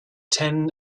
ten